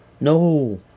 No